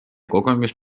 kogemus